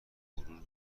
غرور